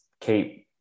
keep